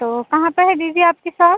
तो कहाँ पे है दीदी आपकी सॉप